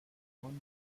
front